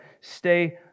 stay